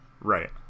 Right